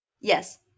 Yes